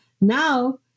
Now